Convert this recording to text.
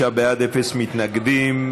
65 בעד, אפס מתנגדים.